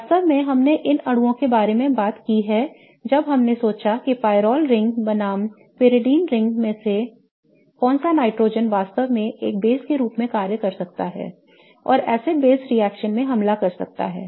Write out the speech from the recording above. वास्तव में हमने इन अणुओं के बारे में बात की है जब हमने सोचा है कि pyrrole ring बनाम pyridine ring में कौन सा नाइट्रोजन वास्तव में एक base के रूप में कार्य कर सकता है और एसिड बेस रिएक्शन में हमला कर सकता है